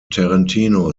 tarantino